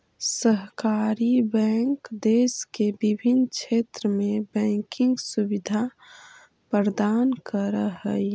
सहकारी बैंक देश के विभिन्न क्षेत्र में बैंकिंग सुविधा प्रदान करऽ हइ